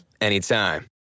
anytime